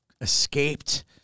escaped